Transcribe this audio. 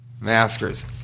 Maskers